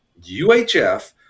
UHF